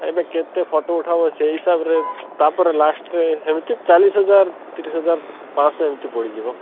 କାଇଁକିନା କେତେ ଫଟୋ ଉଠାହେବ ସେଇ ହିସାବରେ ତପରେ ଲାଷ୍ଟ୍ରେ ସେମତି ଚାଲିଶ ହଜାର ତିରିଶ ହଜାର ପାଞ୍ଚଶହ ଏମତି ପଡ଼ିଯିବ